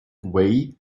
way